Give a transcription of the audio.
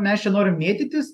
mes čia norim mėtytis